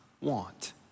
want